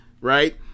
Right